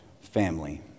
Family